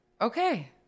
Okay